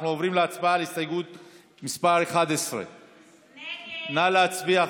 אנחנו עוברים להצבעה על הסתייגות מס' 11. נא להצביע,